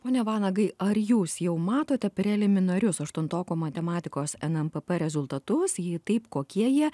pone vanagai ar jūs jau matote preliminarius aštuntokų matematikos nmpp rezultatus jei taip kokie jie